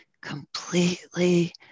completely